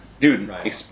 Dude